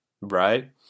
right